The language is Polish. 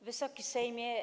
Wysoki Sejmie!